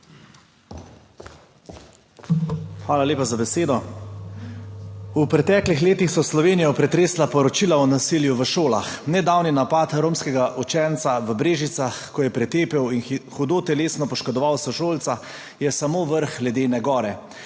Hvala lepa za besedo. V preteklih letih so Slovenijo pretresla poročila o nasilju v šolah. Nedavni napad romskega učenca v Brežicah, ko je pretepel in hudo telesno poškodoval sošolca, je samo vrh ledene gore.